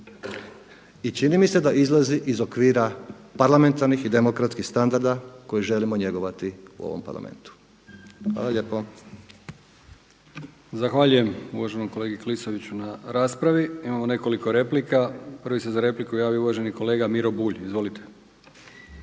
i čini mi se da izlazi iz okvira parlamentarnih i demokratskih standarda koje želimo njegovati u ovom Parlamentu. Hvala lijepo. **Brkić, Milijan (HDZ)** Zahvaljujem uvaženom kolegi Klisoviću na raspravi. Imamo nekoliko replika. Prvi se za repliku javio uvaženi kolega Miro Bulj. Izvolite.